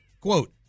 quote